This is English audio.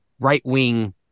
right-wing